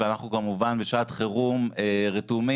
ואנחנו כמובן בשעת חירום רתומים,